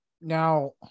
Now